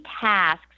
tasks